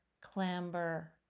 clamber